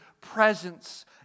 presence